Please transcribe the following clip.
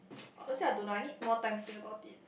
honestly I don't know I need more time to think about it